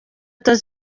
kigali